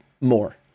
more